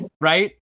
right